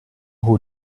who